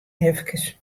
eefkes